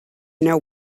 know